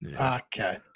okay